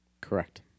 Correct